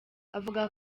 avuga